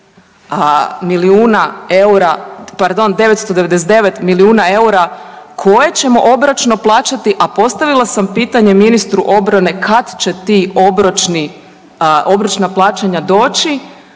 999 milijuna eura koje ćemo obročno plaćati, a postavila sam pitanje ministru obrane kada će ta obročna plaćanja doći,